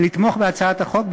לתמוך בהצעת החוק,